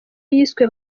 yiswe